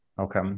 Okay